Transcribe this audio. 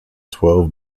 twelve